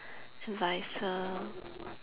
advisor